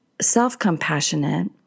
self-compassionate